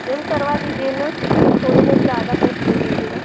ma'am करवा दीजिए न थोड़े बहुत ज़्यादा पैसे ले लीजिएगा